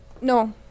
No